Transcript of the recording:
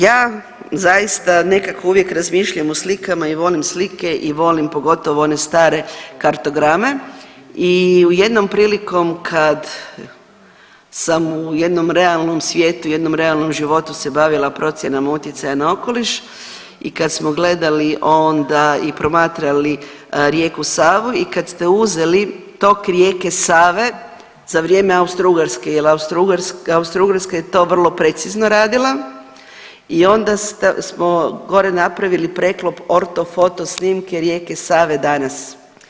Ja zaista nekako uvijek razmišljam o slikama i volim slike i volim pogotovo one strane kartograme i jednom prilikom kad sam u jednom realnom svijetu, jednom realnom životu se bavila procjenama utjecaja na okoliš i kad smo gledali onda i promatrali rijeku Savu i kad ste uzeli tok rijeke Save za vrijeme Austro-ugarske, jer Austro-ugarska je to vrlo precizno radila i onda smo gore napravili preklop orto foto snimke rijeke Save danas.